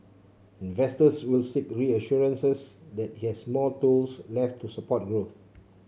investors will seek reassurances that has more tools left to support growth